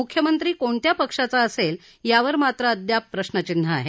मुख्यमंत्री कोणत्या पक्षाचा असेल यावर मात्र अद्याप प्रश्रचिन्ह आहे